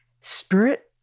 spirit